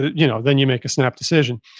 you know then you make a snap decision.